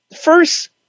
First